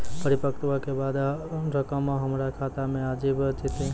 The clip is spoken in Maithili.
परिपक्वता के बाद रकम हमरा खाता मे आबी जेतै?